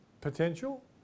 potential